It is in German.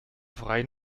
freien